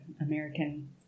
American